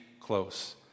close